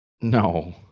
No